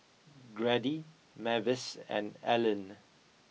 Grady Mavis and Ellyn